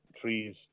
trees